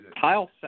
Kyle